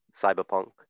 Cyberpunk